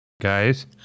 guys